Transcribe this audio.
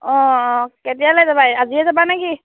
অঁ অঁ কেতিয়ালৈ যাবা আজিয়ে যাবানে কি